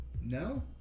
No